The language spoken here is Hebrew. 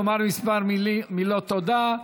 לומר כמה מילות תודה.